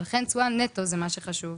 לכן, תשואה נטו זה מה שחשוב.